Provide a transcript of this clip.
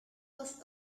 was